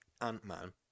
Ant-Man